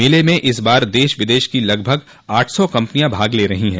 मेले में इस बार देश विदेश की लगभग आठ सौ कंपनियां भाग ले रही हैं